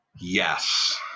yes